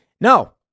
No